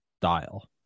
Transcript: dial